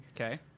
Okay